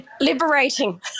Liberating